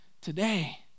today